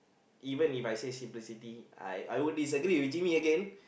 even If I say simplicity I I won't disagree with Jimmy again